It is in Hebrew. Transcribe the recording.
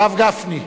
הרב גפני,